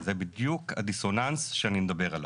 זה בדיוק הדיסוננס שאני מדבר עליו.